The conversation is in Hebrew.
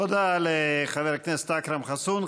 תודה לחבר הכנסת אכרם חסון.